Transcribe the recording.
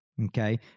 okay